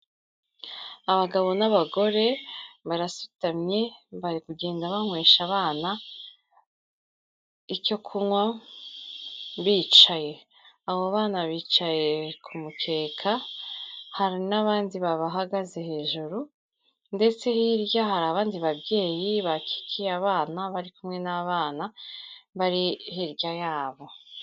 Abagabo n'abagore barasutamye, bari kugenda banywesha abana, icyo kunywa bicaye, abo bana bicaye ku mukeka hari n'abandi babahagaze hejuru, ndetse hirya hari abandi babyeyi bakikiye abana bari kumwe n'abana bari hirya yabo.